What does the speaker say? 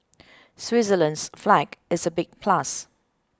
Switzerland's flag is a big plus